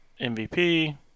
MVP